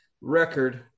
record